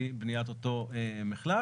לפגוע בשימושים ממשלתיים במסגרת רשימת התוכניות